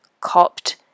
copped